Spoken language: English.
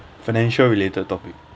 financial related topic